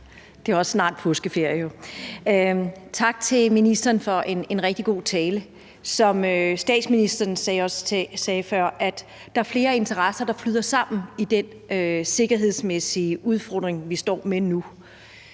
det er jo også snart påskeferie. Tak til ministeren for en rigtig god tale. Som statsministeren også sagde før, så er der flere interesser, der flyder sammen i den sikkerhedsmæssige udfordring, vi står med nu.